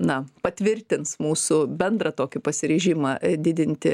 na patvirtins mūsų bendrą tokį pasiryžimą didinti